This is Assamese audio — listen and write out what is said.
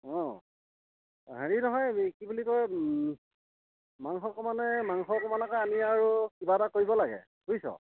অঁ হেৰি নহয় এই কি বুলি কয় মাংস অকণমানে মাংস অকমানকৈ আনি আৰু কিবা এটা কৰিব লাগে বুইছ